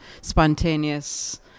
spontaneous